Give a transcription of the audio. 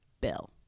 bill